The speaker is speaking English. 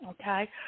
okay